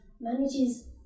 manages